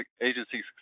agency